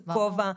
כובע.